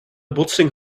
botsing